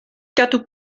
gadw